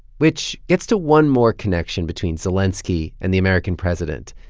which gets to one more connection between zelenskiy and the american president.